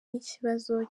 n’ikibazo